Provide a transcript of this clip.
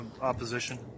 opposition